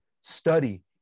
study